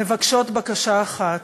מבקשות בקשה אחת: